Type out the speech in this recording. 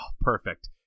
perfect